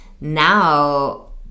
now